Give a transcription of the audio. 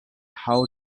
how